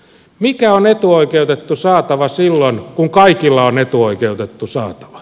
mikä on etuoikeutettu saatava silloin kun kaikilla on etuoikeutettu saatava